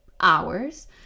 hours